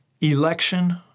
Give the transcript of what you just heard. election